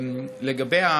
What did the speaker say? תודה.